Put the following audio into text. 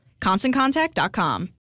ConstantContact.com